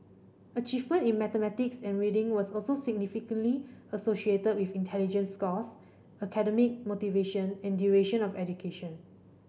achievement in mathematics and reading was also significantly associated with intelligence scores academic motivation and duration of education